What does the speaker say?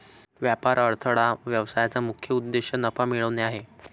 व्यापार अडथळा व्यवसायाचा मुख्य उद्देश नफा मिळवणे आहे